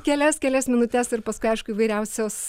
kelias kelias minutes ir paskui aišku įvairiausios